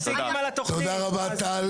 תודה רבה, טל.